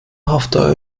hafta